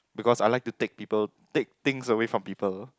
because I like to take people take things away from people